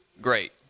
great